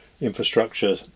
infrastructure